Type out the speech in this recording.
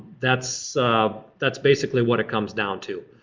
that's that's basically what it comes down to.